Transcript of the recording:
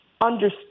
understand